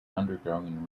undergoing